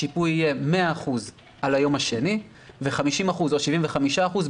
השיפוי יהיה 100 אחוזים על היום השני ו-50 אחוזים או 75 אחוזים,